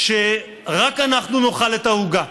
שרק אנחנו נאכל את העוגה